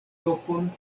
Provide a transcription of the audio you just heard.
lokon